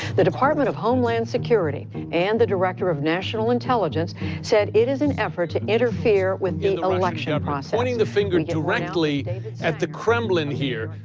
the department of homeland security and the director of national intelligence said it is an effort to interfere with the election process. pointing the finger directly at the kremlin here.